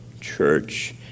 Church